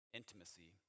intimacy